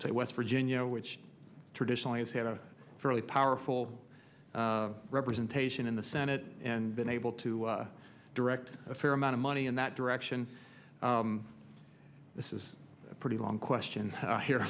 say west virginia which traditionally has had a fairly powerful representation in the senate and been able to direct a fair amount of money in that direction this is a pretty long question here